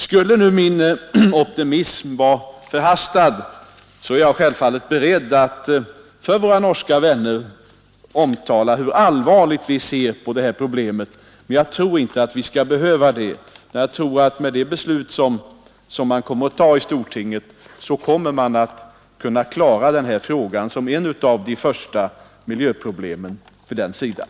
Skulle nu min optimism vara förhastad är jag självfallet beredd att för våra norska vänner omtala hur allvarligt vi ser på problemet. Men jag tror inte att vi skall behöva det. Med det beslut som stortinget kommer att fatta tror jag att man kommer att kunna klara den här frågan som ett av de första miljöproblemen på den sidan.